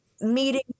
meeting